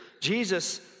Jesus